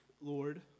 Lord